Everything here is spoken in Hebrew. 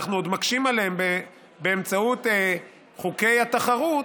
אנחנו מקשים עליהם באמצעות חוקי התחרות,